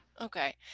Okay